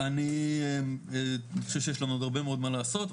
אני חושב שיש לנו עוד הרבה מאוד מה לעשות,